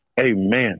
amen